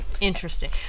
Interesting